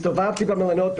הסתובבתי במלונות,